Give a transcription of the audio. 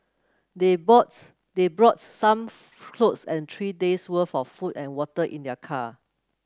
they bought they brought some clothes and three days worth of food and water in their car